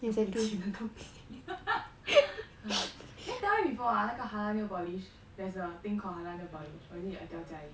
的东西 did I tell you before ah 那个 halal nail polish there's a thing called halal nail polish or is it I tell jia yi